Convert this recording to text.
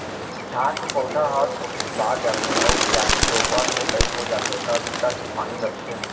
धान के पउधा ह थोकिन बाड़ जाथे अउ बियासी, रोपा के लाइक हो जाथे त बिकट के पानी लगथे